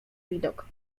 widok